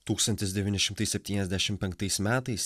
tūkstantis devyni šimtai septyniasdešim penktais metais